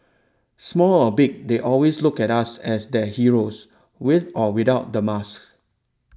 small or big they always look at us as their heroes with or without the mask